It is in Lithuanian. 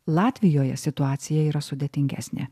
latvijoje situacija yra sudėtingesnė